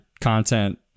content